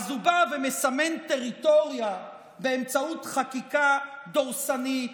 הוא בא ומסמן טריטוריה באמצעות חקיקה דורסנית,